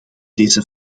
deze